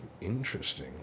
interesting